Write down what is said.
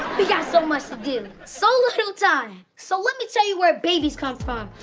we got so much to do, so little time! so, let me tell you where babies come from.